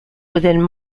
within